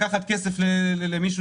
לקחת כסף למישהו,